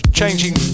changing